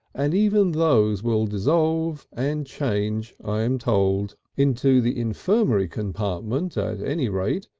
and even those will dissolve and change, i am told, into the infirmary compartment at any rate,